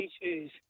issues